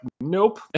Nope